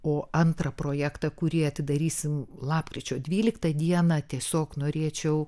o antrą projektą kurį atidarysim lapkričio dvyliktą dieną tiesiog norėčiau